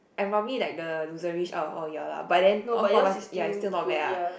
I probably like the loserish out of all of you all lah but then all four of us ya still not bad ah